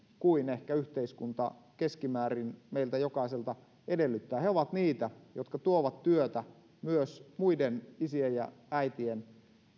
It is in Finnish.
kuin ehkä yhteiskunta keskimäärin meiltä jokaiselta edellyttää he ovat niitä jotka tuovat työtä myös muiden isien ja äitien